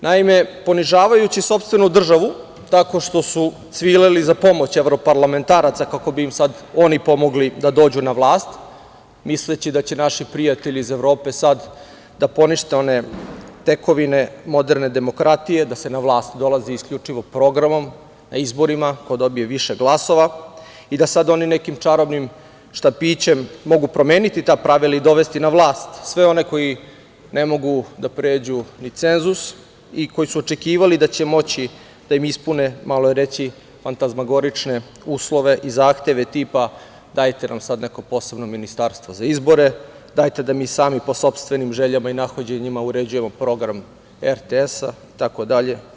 Naime, ponižavajući sopstvenu državu tako što su cvileli za pomoć evroparlamentaraca, kako bi im oni pomogli da dođu na vlast, misleći da će naši prijatelji iz Evrope sada da ponište one tekovine moderne demokratije, da se na vlast dolazi isključivo programom, na izborima, ko dobije više glasova i da sada oni nekim čarobnim štapićem mogu promeniti ta pravila i dovesti na vlast sve one koji ne mogu da pređu ni cenzus i koji su očekivali da će moći da im ispune, malo je reći, fantazmagorične uslove i zahteve tipa, dajte nam sada neko posebno ministarstvo za izbore, dajte da mi sami po sopstvenim željama i nahođenjima uređujemo program RTS, itd.